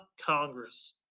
Congress